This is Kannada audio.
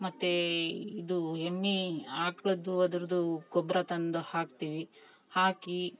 ಮತ್ತು ಇದು ಎಮ್ಮೆ ಆಕಳದ್ದು ಅದ್ರದೂ ಗೊಬ್ಬರ ತಂದು ಹಾಕ್ತೀವಿ ಹಾಕಿ